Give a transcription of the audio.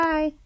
Bye